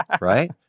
right